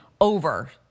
over